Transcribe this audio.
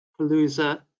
Palooza